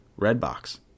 Redbox